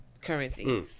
currency